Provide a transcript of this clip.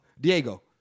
Diego